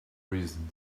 reason